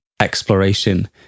exploration